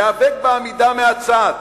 להיאבק בעמידה מהצד,